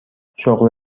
شغل